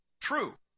true